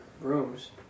rooms